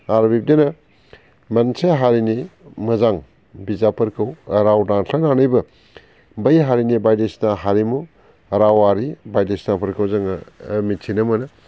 आरो बिब्दिनो मोनसे हारिनि मोजां बिजाबफोरखौ राव दानस्लायनानैबो बै हारिनि बायदिसिना हारिमु रावारि बायदिसिनाफोरखौ जोङो मिथिनो मोनो